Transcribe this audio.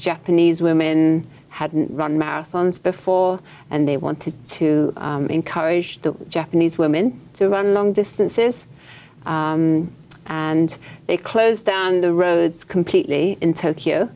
japanese women had run marathons before and they wanted to encourage the japanese women to run long distances and they closed down the roads completely in tokyo